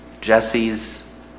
Jesse's